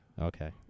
Okay